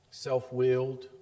self-willed